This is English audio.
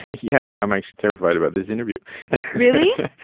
yeah, i'm actually terrified about this interview really?